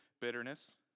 bitterness